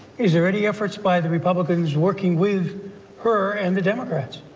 is there any efforts by the republicans working with her and the democrats.